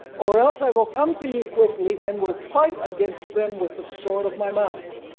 or else i will come to you quickly and will fight against them with the sword of my mouth.